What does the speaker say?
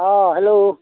hello